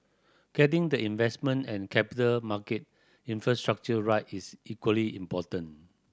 getting the investment and capital market infrastructure right is equally important